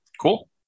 Cool